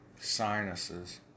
sinuses